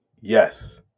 Yes